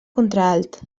contralt